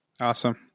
Awesome